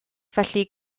felly